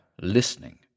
listening